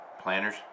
planners